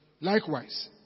Likewise